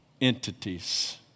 entities